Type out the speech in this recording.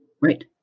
right